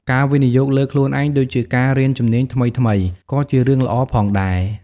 ការវិនិយោគលើខ្លួនឯង ដូចជាការរៀនជំនាញថ្មីៗ ក៏ជារឿងល្អផងដែរ។